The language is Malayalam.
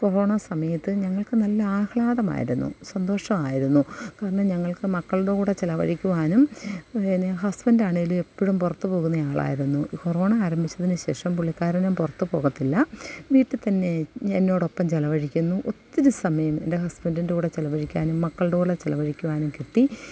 കൊറോണ സമയത്ത് ഞങ്ങൾക്ക് നല്ല ആഹ്ളാദമായിരുന്നു സന്തോഷമായിരുന്നു കാരണം ഞങ്ങൾക്ക് മക്കളുടെ കൂടെ ചെലവഴിക്കുവാനും പിന്നെ ഹസ്ബൻഡാണേലും എപ്പഴും പുറത്ത് പോകുന്നെ ആളായിരുന്നു കൊറോണ ആരംഭിച്ചതിന് ശേഷം പുള്ളിക്കാരനും പുറത്ത് പോകത്തില്ല വീട്ടില്ത്തന്നെ എന്നോടൊപ്പം ചെലവഴിക്കുന്നു ഒത്തിരി സമയം എൻ്റെ ഹസ്ബൻഡിൻ്റ കൂടെ ചെലവഴിക്കാനും മക്കളുടെ കൂടെ ചെലവഴിക്കുവാനും കിട്ടി